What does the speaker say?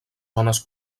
zones